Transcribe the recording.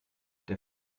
der